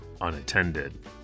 unattended